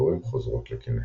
הדבורים חוזרות לקניהן.